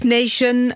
Nation